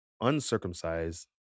uncircumcised